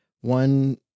one